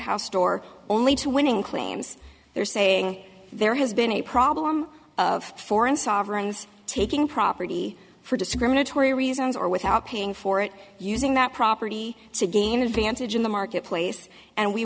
store only two winning claims they're saying there has been a problem of foreign sovereigns taking property for discriminatory reasons or without paying for it using that property to gain advantage in the marketplace and we